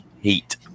heat